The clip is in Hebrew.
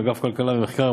אגף כלכלה ומחקר,